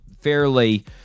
fairly